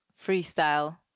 freestyle